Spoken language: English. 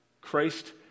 Christ